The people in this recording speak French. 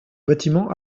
bâtiment